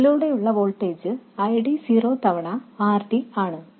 അതിനാൽ ഇതിലൂടെയുള്ള voltage I D 0 തവണ R D ആണ്